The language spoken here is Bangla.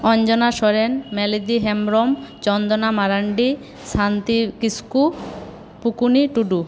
অঞ্জনা সোরেন মেলেদি হেমব্রম চন্দনা মারান্ডি শান্তি কিস্কু পুকুনি টুডু